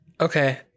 okay